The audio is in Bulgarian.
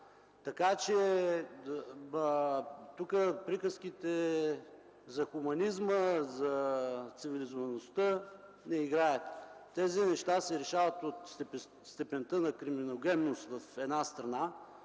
Така че приказките за хуманизма, за цивилизоваността не играят. Тези неща се решават от степента на криминогенност в една страна,